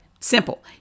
Simple